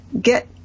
Get